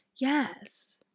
yes